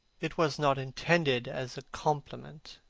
it was not intended as a compliment.